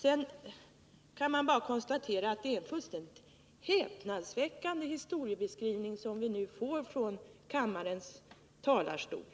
Sedan kan bara konstateras att det är en fullständigt häpnadsväckande historieskrivning som vi nu fått ta del av från kammarens talarstol.